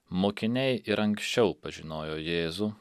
mokiniai ir anksčiau pažinojo jėzų